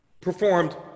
performed